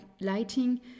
lighting